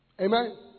Amen